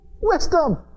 wisdom